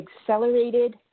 accelerated